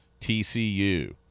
TCU